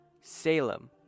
Salem